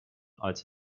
als